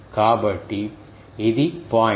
కాబట్టి ఇది పాయింట్